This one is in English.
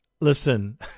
listen